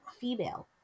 female